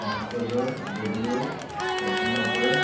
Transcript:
मक़दरु बदिलियो छाकाणि त